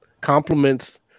complements